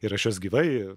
ir aš juos gyvai